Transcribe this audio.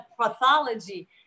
pathology